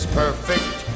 perfect